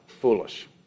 foolish